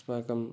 अस्माकम्